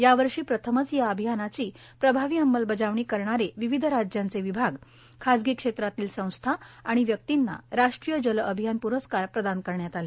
यावर्षी प्रथमच या अभियानाची प्रभावी अंमलबजावणी करणारे विविध राज्यांचे विभागए खाजगी क्षेत्रातील संस्था आणि व्यक्तींना वाष्ट्रीय जल अभियान प्रस्कार प्रदान करण्यात आले